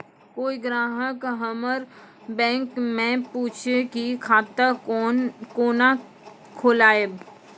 कोय ग्राहक हमर बैक मैं पुछे की खाता कोना खोलायब?